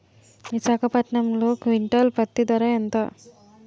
విశాఖపట్నంలో క్వింటాల్ పత్తి ధర ఎంత?